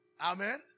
Amen